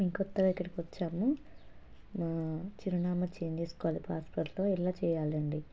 మేము కొత్తగా ఇక్కడికి వచ్చాము మా చిరునామా చేంజ్ చేసుకోవాలి పాస్పోర్ట్లో ఎలా చెయ్యాలండి